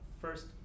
first